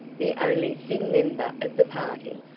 the only thin member of the party,